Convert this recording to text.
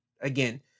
Again